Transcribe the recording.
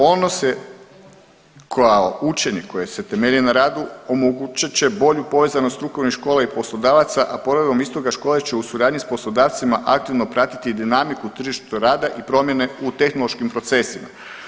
Ono se kao učenje koje se temelji na radi omogućit će bolju povezanost strukovne škole i poslodavaca, a povodom istoga škole će u suradnji s poslodavcima aktivno pratiti dinamiku na tržištu rada i promjene u tehnološkim procesima.